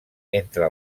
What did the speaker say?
entre